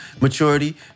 maturity